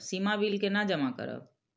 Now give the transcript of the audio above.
सीमा bill केना जमा करब?